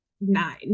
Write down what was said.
nine